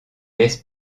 laisse